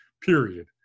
Period